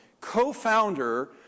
co-founder